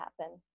happen